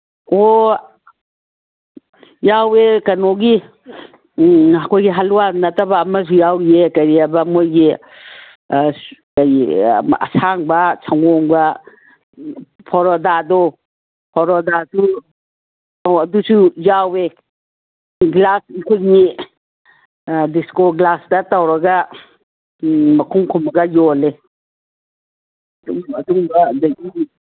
ꯑꯣ ꯌꯥꯎꯋꯦ ꯀꯩꯅꯣꯒꯤ ꯑꯩꯈꯣꯏꯒꯤ ꯍꯂꯨꯋꯥ ꯅꯠꯇꯕ ꯑꯃꯁꯨ ꯌꯥꯎꯔꯤꯌꯦ ꯀꯔꯤ ꯑꯕ ꯃꯣꯏꯒꯤ ꯀꯔꯤ ꯑꯁꯥꯡꯕ ꯁꯪꯒꯣꯝꯒ ꯐꯣꯔꯣꯗꯥꯗꯣ ꯐꯣꯔꯣꯗꯥꯗꯨ ꯑꯗꯣ ꯑꯗꯨꯁꯨ ꯌꯥꯎꯋꯦ ꯒ꯭ꯂꯥꯁ ꯑꯩꯈꯣꯏꯒꯤ ꯗꯤꯁꯄꯣ ꯒ꯭ꯂꯥꯁꯇ ꯇꯧꯔꯒ ꯃꯈꯨꯝ ꯈꯨꯝꯃꯒ ꯌꯣꯜꯂꯦ ꯑꯗꯨꯝꯕ ꯑꯗꯒꯤ